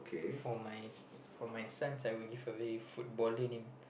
for my s for my sons I would give a very footballer name